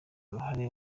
uruhare